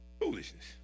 Foolishness